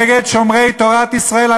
נגד שומרי תורת ישראל.